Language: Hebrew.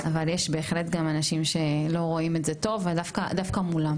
אבל יש בהחלט גם אנשים שלא רואים את זה טוב דווקא מולם.